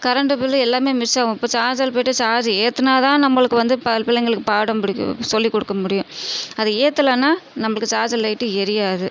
current bill எல்லாமே miss ஆகும் இப்போ சார்ஜர் போயிட்டு சார்ஜ் ஏற்றினா தான் நம்மளுக்கு வந்து ப பிள்ளைங்களுக்கு பாடம் பிடிக்கும் சொல்லிக் கொடுக்க முடியும் அது ஏற்றலனா நம்மளுக்கு சார்ஜர் லைட்டு எரியாது